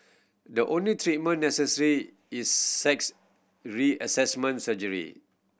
the only treatment necessary is sex reassignment surgery